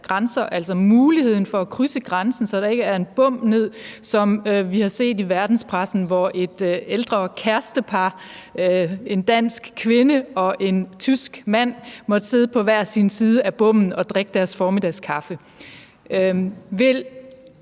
muligheden for at krydse grænsen, så der ikke er en bom nede, som vi har set det i verdenspressen, hvor et ældre kærestepar – en dansk kvinde og en tysk mand – måtte sidde på hver sin side af bommen og drikke deres formiddagskaffe. Vil